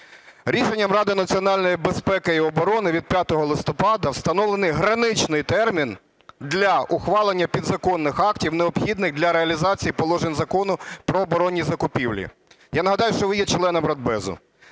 рішенням Ради національної безпеки і оборони від 5 листопада встановлений граничний термін для ухвалення підзаконних актів, необхідних для реалізації положень Закону "Про оборонні закупівлі". Я нагадаю, що ви є членом Радбезу.